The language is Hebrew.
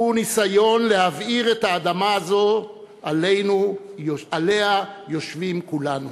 ניסיון להבעיר את האדמה הזו שעליה יושבים כולנו.